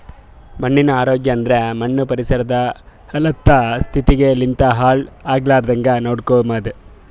ಮಣ್ಣಿನ ಆರೋಗ್ಯ ಅಂದುರ್ ಮಣ್ಣು ಪರಿಸರದ್ ಹಲತ್ತ ಮತ್ತ ಸ್ಥಿತಿಗ್ ಲಿಂತ್ ಹಾಳ್ ಆಗ್ಲಾರ್ದಾಂಗ್ ನೋಡ್ಕೊಮದ್